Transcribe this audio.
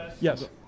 Yes